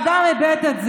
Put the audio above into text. למה אין הצבעה?